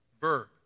Verb